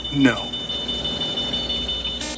No